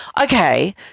Okay